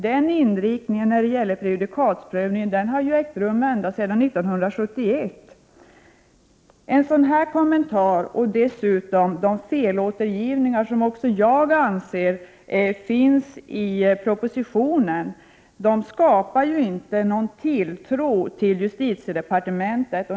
Den inriktningen för prejudikatsprövning har funnits ända sedan 1971. En sådan här kommentar och de felåtergivningar som också jag anser finns i propositionen skapar inte någon tilltro till justitiedepartementet.